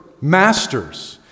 masters